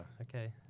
okay